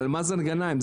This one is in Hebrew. על מאזן גנאים.